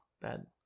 Bad